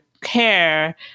care